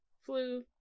flu